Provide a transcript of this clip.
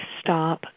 stop